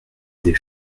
des